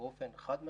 באופן חד משמעי,